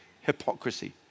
hypocrisy